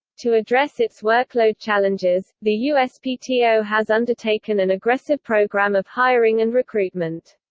to address its workload challenges, the uspto has undertaken an aggressive program of hiring and recruitment.